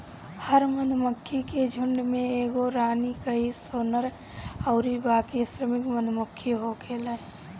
हर मधुमक्खी के झुण्ड में एगो रानी, कई सौ नर अउरी बाकी श्रमिक मधुमक्खी होखेले